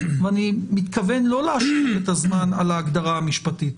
ואני מתכוון לא --- את הזמן על ההגדרה המשפטית,